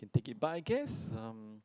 can take it but I guess um